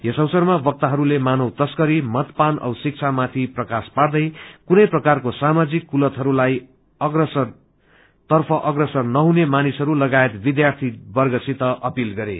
यस अवसरमा वक्ताहरूले मानव तस्करी मदपान औ शिक्षामाथि प्रकाश पार्दै कुनै प्रकारको सामाणिक कुलतहरू तर्फ अप्रसर नहुन मानिसहरू लगायत विद्यार्थीवर्गसित अपिल गरे